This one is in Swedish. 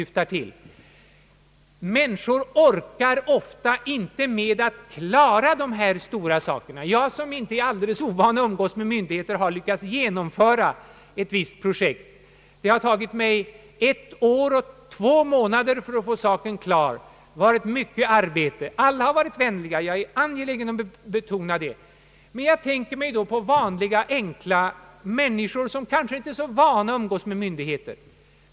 Folk orkar ofta inte med att klara dessa uppgifter. Jag som inte är alldeles ovan att umgås med myndigheter har lyckats genomföra ett visst projekt. Det har tagit mig ett år och två månader att göra det, och det har föranlett mycket arbete. Alla har varit mycket vänliga, det är jag angelägen att betona. Men jag tänker på vanliga enkla människor som inte är så vana att umgås med myndigheter.